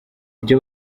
byo